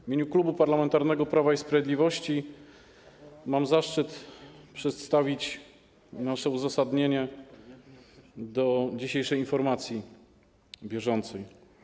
W imieniu Klubu Parlamentarnego Prawo i Sprawiedliwość mam zaszczyt przedstawić uzasadnienie dotyczące dzisiejszej informacji bieżącej.